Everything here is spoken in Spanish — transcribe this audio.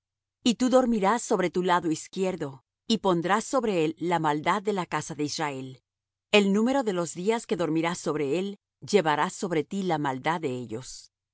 y tú dormirás sobre tu lado izquierdo y pondrás sobre él la maldad de la casa de israel el número de los días que dormirás sobre él llevarás sobre ti la maldad de ellos